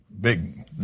big